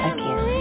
Again